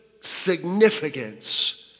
significance